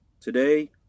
Today